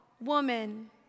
woman